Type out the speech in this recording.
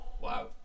Wow